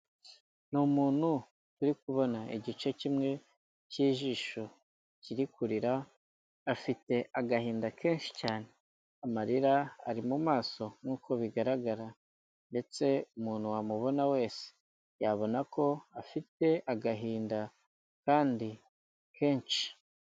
Ni umuntu uri kubona igice kimwe cy'ijisho kiri kurira, afite agahinda kenshi cyane. Amarira ari mu maso nk'uko bigaragara ndetse umuntu wamubona wese yabona ko afite agahinda kandi kenshi.